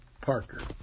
Parker